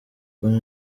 com